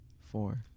four